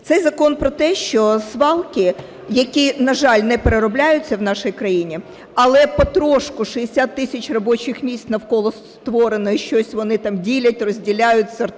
Цей закон про те, що свалки, які, на жаль, не переробляються в нашій країні, але потрошку 60 тисяч робочих місць навколо створено і щось вони там ділять, розділяють, сортують,